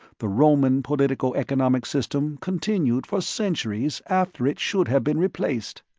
the roman politico-economic system continued for centuries after it should have been replaced.